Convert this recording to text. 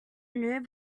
new